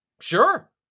Sure